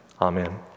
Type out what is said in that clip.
Amen